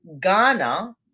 Ghana